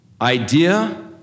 Idea